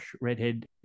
Redhead